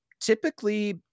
typically